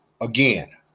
again